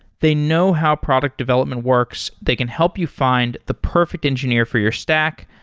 they know how product development works. they can help you find the perfect engineer for your stack,